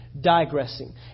digressing